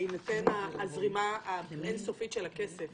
בהינתן הזרימה האין-סופית של הכסף